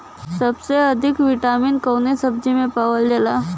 सबसे अधिक विटामिन कवने सब्जी में पावल जाला?